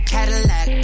Cadillac